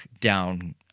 down